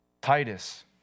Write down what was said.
Titus